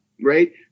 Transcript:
right